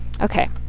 Okay